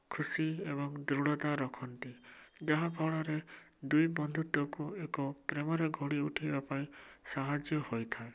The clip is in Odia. ଖୁସି ଏବଂ ଦୃଢ଼ତା ରଖନ୍ତି ଯାହା ଫଳରେ ଦୁଇ ବନ୍ଧୁତ୍ଵକୁ ଏକ ପ୍ରେମରେ ଗଢ଼ି ଉଠେଇବା ପାଇଁ ସାହାଯ୍ୟ ହୋଇଥାଏ